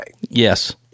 Yes